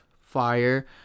fire